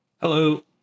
Hello